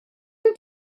gen